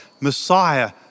Messiah